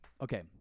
okay